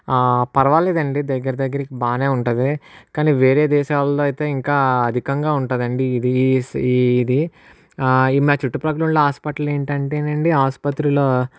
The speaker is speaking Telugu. పరవాలేదండి దగ్గర దగ్గర బాగా ఉంటుంది కానీ వేరే దేశాలలో అయితే ఇంకా అధికంగా ఉంటుందండి ఇది ఈ ఇస్ ఇది ఆ మా చుట్టుపక్కల ఉండే హాస్పిటల్ ఏంటంటే అండి ఆసుపత్రిలో